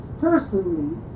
personally